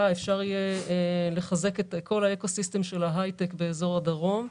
יהיה אפשר לחזק את כל האקו-סיסטם של ההיי-טק באזור הדרום.